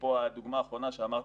אפרופו הדוגמה האחרונה שאמרתי.